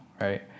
right